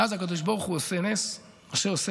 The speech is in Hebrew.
ואז הקדוש ברוך הוא עושה נס: משה עושה